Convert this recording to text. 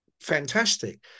fantastic